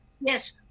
Yes